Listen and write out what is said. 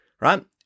right